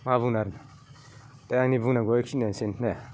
मा बुंनो आरो दा आंनि बुंनांगौआ बेखिनियानोसै ने